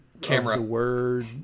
camera